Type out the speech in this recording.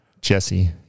Jesse